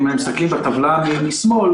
אם אנחנו מסתכלים בטבלה משמאל,